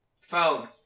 Phone